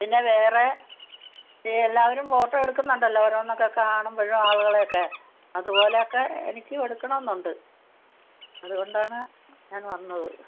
പിന്നെ വേറെ ഏ എല്ലാവരും ഫോട്ടോ എടുക്കുന്നുണ്ടല്ലോ ഓരോന്നൊക്കെ കാണുമ്പോഴും ആളുകളെ ഒക്കെ അതുപോലൊക്കെ എനിക്കും എടുക്കണമെന്ന് ഉണ്ട് അതുകൊണ്ടാണ് ഞാൻ വന്നത്